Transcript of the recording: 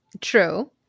True